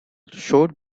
showed